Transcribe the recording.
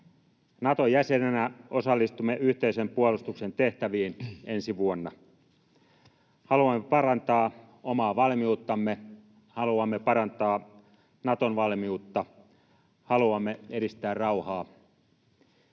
Naton jäsenenä osallistumme yhteisen puolustuksen tehtäviin ensi vuonna. Haluamme parantaa omaa valmiuttamme, haluamme parantaa Naton valmiutta, haluamme edistää rauhaa.